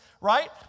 right